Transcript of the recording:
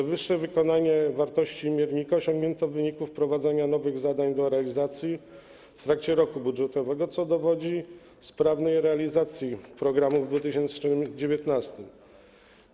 Powyższe wykonanie wartości miernika osiągnięto w wyniku wprowadzenia nowych zadań do realizacji w trakcie roku budżetowego, co dowodzi sprawnej realizacji programu w 2019 r.